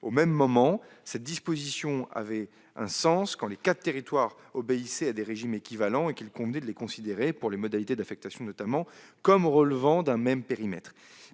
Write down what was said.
au même moment. Cette disposition avait un sens quand les quatre territoires obéissaient à des régimes équivalents et qu'il convenait de les considérer, notamment pour les modalités d'affectation, comme relevant d'un même périmètre.